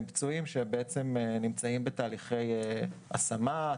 עם פצועים שנמצאים בתהליכי השמה,